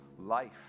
Life